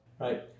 Right